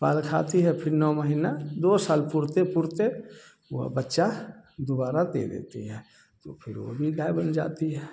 पाल खाती है फिर नौ महीना दो साल पूरते पूरते वह बच्चा दोबारा दे देती है तो फिर वह भी गाय बन जाती है